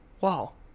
Wow